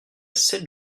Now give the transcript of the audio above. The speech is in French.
sept